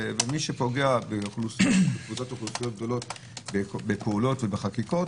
ומי שפוגע באוכלוסיות גדולות בפעולות ובחקיקות,